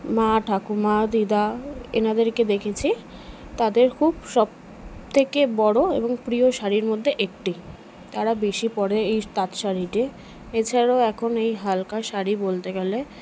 মা ঠাকুমা দিদা এঁনাদেরকে দেখেছি তাঁদের খুব সবথেকে বড় এবং প্রিয় শাড়ির মধ্যে একটি তারা বেশি পরে এই তাঁত শাড়িটি এছাড়াও এখন এই হালকা শাড়ি বলতে গেলে